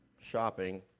shopping